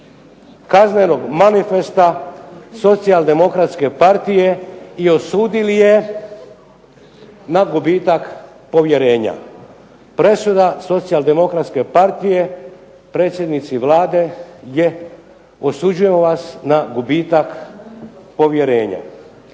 Kaznenog manifesta Socijaldemokratske partije i osudili je na gubitak povjerenje. Presuda Socijaldemokratske partije predsjednici Vlade je osuđujemo vas na gubitak povjerenja.